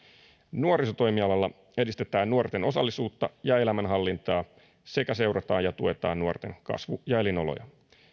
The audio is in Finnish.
miljoonaa euroa nuorisotoimialalla edistetään nuorten osallisuutta ja elämänhallintaa sekä seurataan ja tuetaan nuorten kasvu ja elinoloja